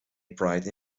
pride